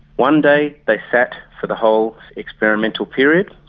one day they sat for the whole experimental period.